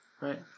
Right